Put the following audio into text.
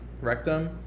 rectum